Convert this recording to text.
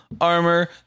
armor